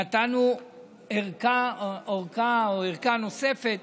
נתנו אורכה נוספת